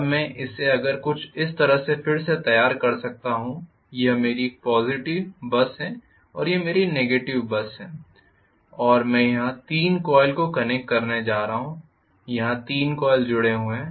अब मैं इसे कुछ इस तरह से फिर से तैयार कर सकता हूं कि यह मेरी पॉज़िटिव बस है और यह मेरी नेगेटिव बस है और मैं यहां 3 कॉइल को कनेक्ट करने जा रहा हूं यहां 3 कॉयल जुड़े हुए हैं